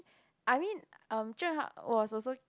I mean um Zhen-Han was also